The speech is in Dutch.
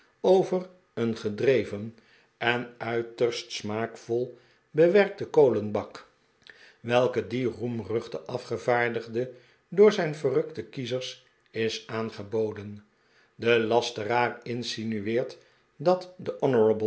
over een gedreven en uiterst smaakvol bewerkten kolenbak welke dien roemruchten afgevaardigde door zijn verrukte kiezers is aangeboden de lasteraar insinueert dat de